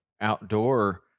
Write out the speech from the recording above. outdoor